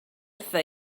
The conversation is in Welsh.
wrtha